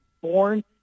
born